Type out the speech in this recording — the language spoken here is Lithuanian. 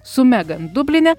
su megan dubline